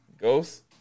Ghost